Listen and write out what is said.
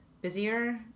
busier